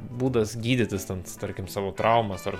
būdas gydytis ten tarkim savo traumas ar